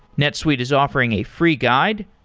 netsuite is offering a free guide,